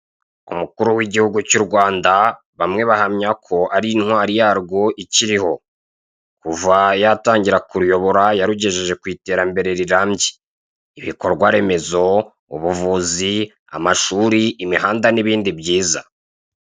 Umukuru w'igihugu cy'u Rwanda bamwe bahamya ko ari inwari yarwo ikiriho kuva yatangira kuruyobora yarugejeje ku iterambere rirambye, ibikorwaremezo, ubuvuzi amashuri, imihanda n'ibindi byiza.